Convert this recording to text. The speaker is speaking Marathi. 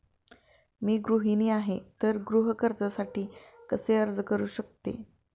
मी गृहिणी आहे तर गृह कर्जासाठी कसे अर्ज करू शकते?